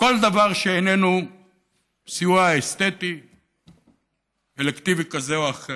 כל דבר שאיננו סיוע אסתטי אלקטיבי כזה או אחר.